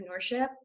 entrepreneurship